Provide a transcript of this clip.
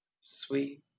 sweet